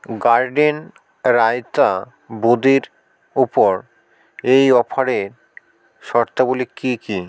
garden raita বুঁদির ওপর এই অফারের শর্তাবলী কী কী